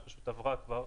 שפשוט עברה כבר,